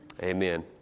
Amen